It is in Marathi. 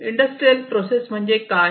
इंडस्ट्रियल प्रोसेस म्हणजे काय